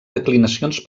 declinacions